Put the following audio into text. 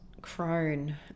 crone